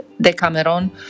Decameron